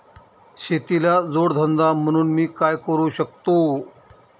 शेतीला जोड धंदा म्हणून मी काय करु शकतो?